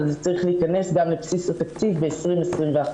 אבל זה צריך להיכנס גם לבסיס התקציב ב-2021.